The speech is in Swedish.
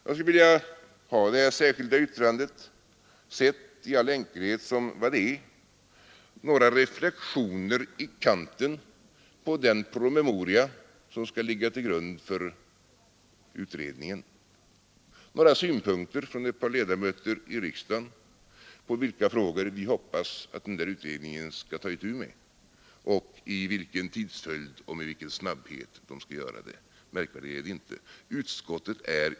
Jag vill att det särskilda yttrandet i all enkelhet skall tas för vad det är: några reflexioner i kanten på den promemoria som skall ligga till grund för utredningen, några synpunkter från några ledamöter av riksdagen beträffande i vilken tidsföljd och med vilken snabbhet utredningen skall ta itu med dessa frågor. Märkvärdigare är det inte.